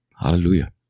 Hallelujah